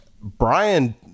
Brian